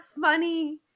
funny